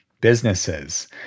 businesses